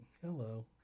Hello